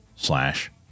Slash